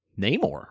Namor